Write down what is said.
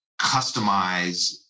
customize